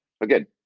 Again